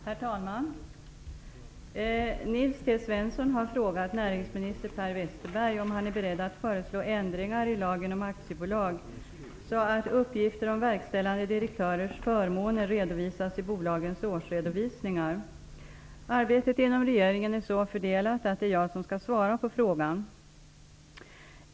Herr talman! Nils T Svensson har frågat näringsminister Per Westerberg om han är beredd att föreslå ändringar i lagen om aktiebolag så att uppgifter om verkställande direktörers förmåner redovisas i bolagens årsredovisningar. Arbetet inom regeringen är så fördelat att det är jag som skall svara på frågan.